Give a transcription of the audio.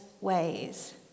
ways